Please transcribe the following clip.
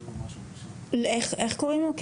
איך קוראים לו?